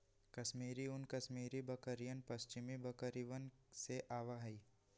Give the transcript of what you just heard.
कश्मीरी ऊन कश्मीरी बकरियन, पश्मीना बकरिवन से आवा हई